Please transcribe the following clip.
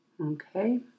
Okay